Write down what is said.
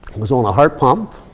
was on a heart pump.